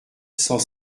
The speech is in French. cent